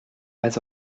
pas